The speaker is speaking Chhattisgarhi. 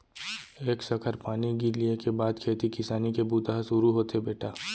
एक सखर पानी गिर लिये के बाद खेती किसानी के बूता ह सुरू होथे बेटा